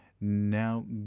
Now